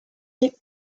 des